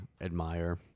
admire